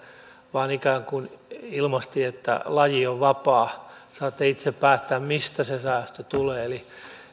vaan ikään kuin ilmaistiin että laji on vapaa saatte itse päättää mistä se säästö tulee eli